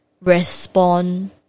respond